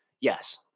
yes